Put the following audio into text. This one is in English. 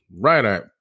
right